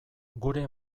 gure